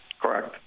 Correct